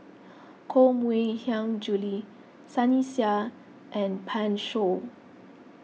Koh Mui Hiang Julie Sunny Sia and Pan Shou